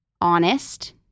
honest